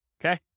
okay